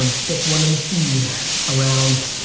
and fifth one in the feed around,